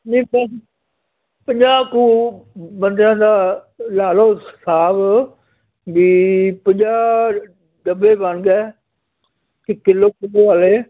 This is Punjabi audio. ਨਹੀਂ ਪੰਜਾਹ ਕੁ ਬੰਦਿਆਂ ਦਾ ਲਾ ਲਉ ਹਿਸਾਬ ਵੀ ਪੰਜਾਹ ਡੱਬੇ ਬਣ ਗਏ ਕੀ ਕਿਲੋ ਕਿਲੋ ਆਲੇ